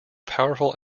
powerful